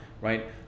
right